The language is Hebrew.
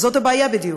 זאת הבעיה בדיוק,